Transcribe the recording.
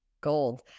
Gold